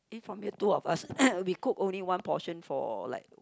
from here two of us we cook only one portion for like